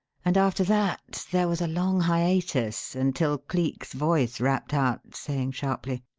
and after that there was a long hiatus until cleek's voice rapped out saying sharply,